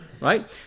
right